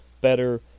better